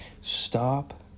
stop